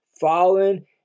fallen